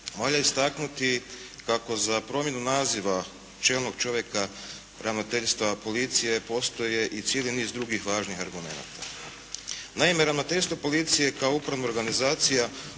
valja istaknuti kako za promjenu naziva čelnog čovjeka ravnateljstva policije postoje i cijeli niz drugih važnih argumenata. Naime ravnateljstvo policije kao upravna organizacija